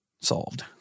solved